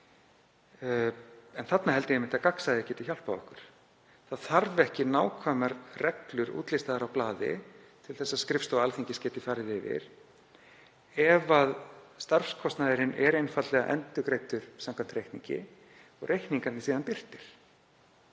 En þarna held ég einmitt að gagnsæið geti hjálpað okkur. Það þarf ekki nákvæmar reglur útlistaðar á blaði til þess að skrifstofa Alþingis geti farið yfir ef starfskostnaður er einfaldlega endurgreiddur samkvæmt reikningi og reikningarnir síðan birtir.